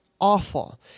awful